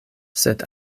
sed